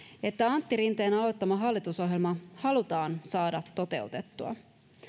että antti rinteen aloittama hallitusohjelma halutaan saada toteutettua